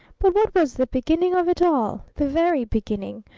but what was the beginning of it all? the very beginning?